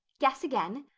guess again.